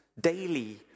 daily